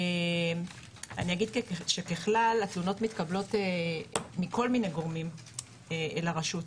אני אגיד שככלל התלונות מתקבלות מכל מיני גורמים לרשות,